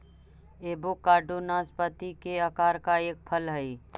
avocado नाशपाती के आकार का एक फल हई